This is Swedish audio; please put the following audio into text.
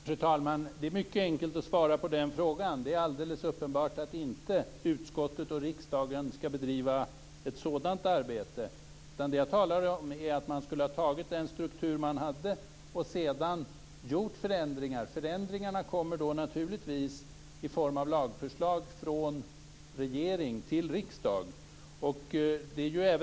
Fru talman! Det är mycket enkelt att svara på den frågan. Det är alldeles uppenbart att utskottet och riksdagen inte skall bedriva ett sådant arbete. Det jag talar om är att man skulle ha tagit den struktur man hade och sedan gjort förändringar. Förändringarna kommer då naturligtvis i form av lagförslag från regering till riksdag.